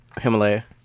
Himalaya